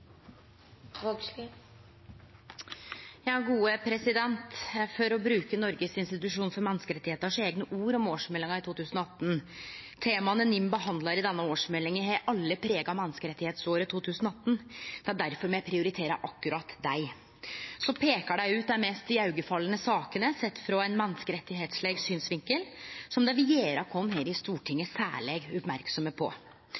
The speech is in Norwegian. For å bruke orda til Noregs institusjon for menneskerettar om årsmeldinga i 2018: «Temaene NIM behandler i denne årsmeldingen, har alle preget menneskerettighetsåret 2018 – det er derfor vi har prioritert akkurat dem.» Så peikar dei ut dei mest iaugefallande sakene sett frå ein menneskerettsleg synsvinkel, som dei vil gjere oss her i Stortinget særleg oppmerksame på: